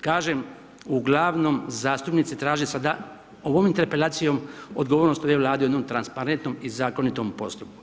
kažem, uglavnom zastupnici traže sada ovom interpelacijom odgovornost ove Vlade o jednom transparentnom i zakonitom postupku.